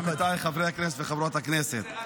עמיתיי חברי הכנסת וחברות הכנסת -- אני מעדכן: